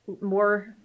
more